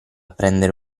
prendere